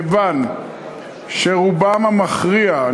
כיוון שרובם המכריע,